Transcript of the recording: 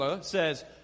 says